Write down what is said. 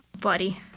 Buddy